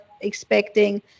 expecting